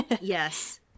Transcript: Yes